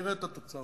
ונראה את התוצאות.